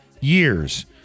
years